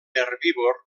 herbívor